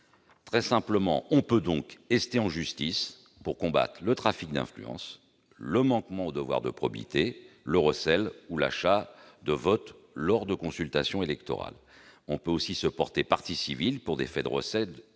Très simplement, on peut donc ester en justice pour combattre le trafic d'influence, le manquement au devoir de probité, le recel ou l'achat de votes lors de consultations électorales. On peut aussi se porter partie civile pour des faits de recel et